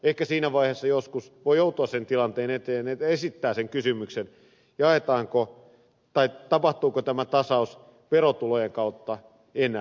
ehkä siinä vaiheessa joskus voi joutua sen tilanteen eteen että esittää sen kysymyksen tapahtuuko tämä tasaus verotulojen kautta enää